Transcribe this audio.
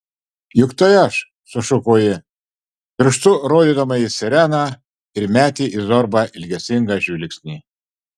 juk tai aš sušuko ji pirštu rodydama į sireną ir metė į zorbą ilgesingą žvilgsnį